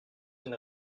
une